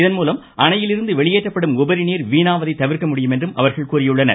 இதன்மூலம் அணையிலிருந்து வெளியேற்றப்படும் உபரிநீர் வீணாவதை தவிர்க்க முடியும் என்றும் அவர்கள் கூறியுள்ளனர்